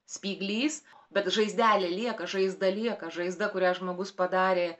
spyglys bet žaizdelė lieka žaizda lieka žaizda kurią žmogus padarė